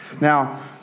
Now